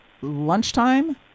lunchtime